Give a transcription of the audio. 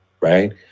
right